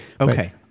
Okay